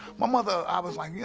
my mother, i was like,